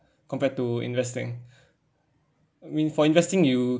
compared to investing mean for investing you